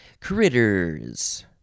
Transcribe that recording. Critters